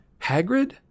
Hagrid